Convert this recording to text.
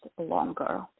longer